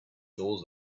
doors